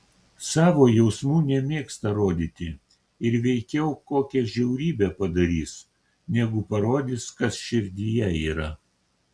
savo jausmų nemėgsta rodyti ir veikiau kokią žiaurybę padarys negu parodys kas širdyje yra